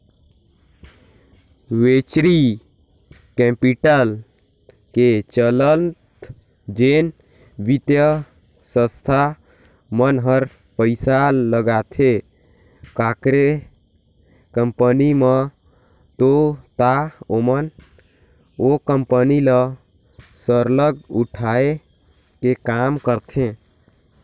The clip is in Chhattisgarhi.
वेंचरी कैपिटल के चलत जेन बित्तीय संस्था मन हर पइसा लगाथे काकरो कंपनी मन में ता ओमन ओ कंपनी ल सरलग उठाए के काम करथे